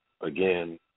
again